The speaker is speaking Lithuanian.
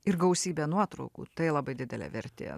ir gausybė nuotraukų tai labai didelė vertė